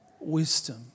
wisdom